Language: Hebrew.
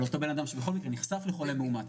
על אותו אדם שבכל מקרה נחשף לחולה מאומת,